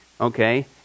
Okay